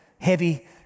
heavy